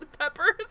peppers